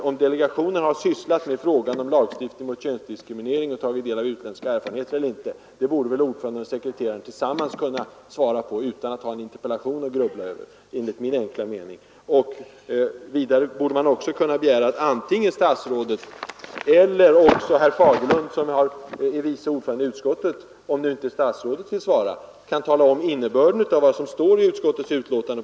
Huruvida delegationen har sysslat med frågan om lagstiftning mot könsdiskriminering och tagit del av utländska erfarenheter eller inte borde enligt min enkla mening ordföranden och sekreteraren tillsammans kunna svara på utan att ha en interpellation att grubbla över. Vidare borde man kunna begära att antingen statsrådet eller — om nu inte statsrådet vill svara — herr Fagerlund, som är vice ordförande i utskottet, kan tala om innebörden av vad som står på s. 8 i utskottets betänkande.